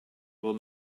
will